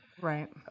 Right